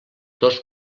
dos